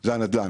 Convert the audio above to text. זה הנדל"ן.